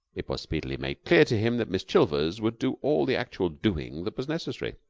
it was speedily made clear to him that miss chilvers would do all the actual doing that was necessary.